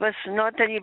pas notarį